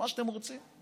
מה שאתם רוצים.